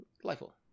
Delightful